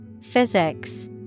Physics